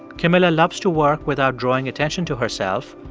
camilla loves to work without drawing attention to herself,